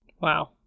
wow